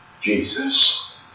Jesus